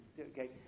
Okay